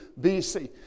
bc